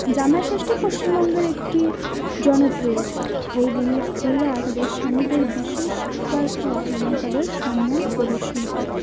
জামাই ষষ্ঠী পশ্চিমবঙ্গের একটি জনপ্রিয় উৎসব এই দিনে স্ত্রীরা তাদের স্বামীদের বিশেষ খাবার খাওয়ান এবং তাদের সম্মান প্রদর্শন করে